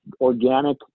organic